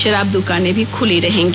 शराब दुकानें भी खुली रहेंगी